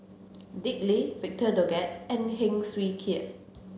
Dick Lee Victor Doggett and Heng Swee Keat